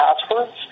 passwords